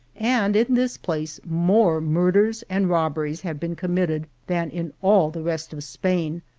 and in this place more murders and robberies have been com mitted than in all the rest of spain,